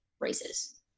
races